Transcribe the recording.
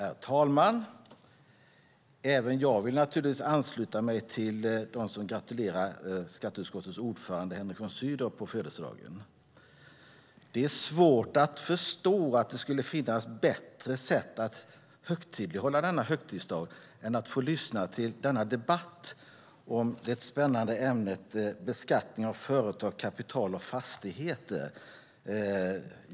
Herr talman! Även jag vill naturligtvis ansluta mig till dem som gratulerar skatteutskottets ordförande Henrik von Sydow på födelsedagen. Det är svårt att förstå att det skulle finnas bättre sätt att högtidlighålla denna högtidsdag än att få lyssna till denna debatt om det spännande ämnet beskattning av företag, kapital och fastigheter.